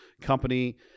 company